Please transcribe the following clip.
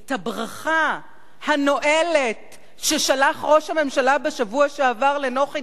את הברכה הנואלת ששלח ראש הממשלה בשבוע שעבר לנוחי